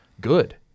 good